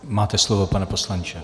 Máte slovo, pane poslanče.